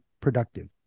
productive